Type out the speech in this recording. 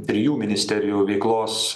trijų ministerijų veiklos